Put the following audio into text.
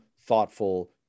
thoughtful